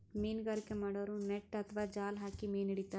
ಮೀನ್ಗಾರಿಕೆ ಮಾಡೋರು ನೆಟ್ಟ್ ಅಥವಾ ಜಾಲ್ ಹಾಕಿ ಮೀನ್ ಹಿಡಿತಾರ್